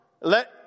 Let